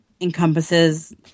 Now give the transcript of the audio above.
encompasses